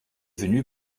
venue